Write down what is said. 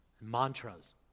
mantras